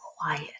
quiet